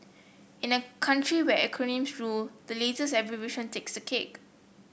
in a country where acronyms rule the latest abbreviation takes the cake